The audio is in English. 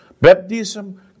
baptism